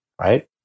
right